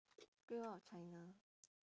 great wall of china